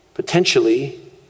Potentially